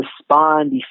respond